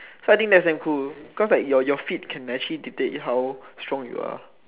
so I think that's damn cool cause like your your feet can naturally dictate how strong you are